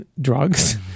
drugs